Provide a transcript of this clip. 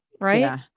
right